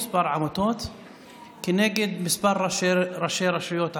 עמותות כנגד כמה ראשי רשויות ערביות,